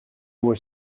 were